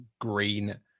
green